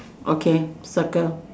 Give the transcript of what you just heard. okay circle